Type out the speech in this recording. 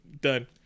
Done